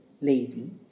lady